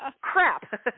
crap